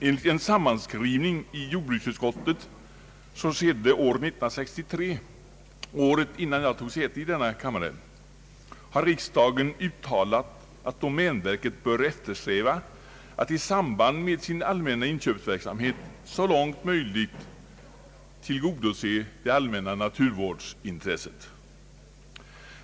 Enligt en sammanskrivning i jordbruksutskottet, som skedde år 1963, året innan jag tog säte i denna kammare, har riksdagen uttalat att domänverket bör eftersträva att i samband med sin allmänna inköpsverksamhet så långt möjligt tillgodose det allmänna naturvårdsintresset.